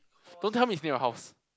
don't tell me it's near your house